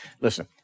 Listen